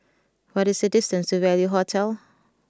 what is the distance to Value Hotel